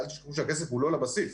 ואל תשכחו שהכסף הוא לא לבסיס.